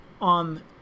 on